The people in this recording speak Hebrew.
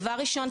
דבר ראשון,